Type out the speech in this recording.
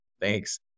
thanks